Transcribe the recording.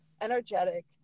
energetic